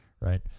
right